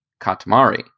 Katamari